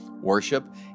worship